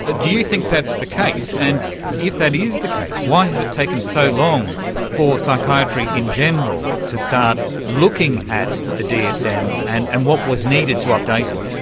ah do you think that's the case, and if that is the case, why has it taken so long for psychiatry in general to start looking at the dsm and and what was needed to update it?